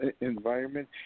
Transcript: environment